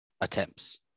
attempts